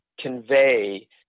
convey